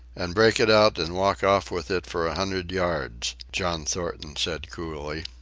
and break it out, and walk off with it for a hundred yards, john thornton said coolly.